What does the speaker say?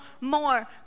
more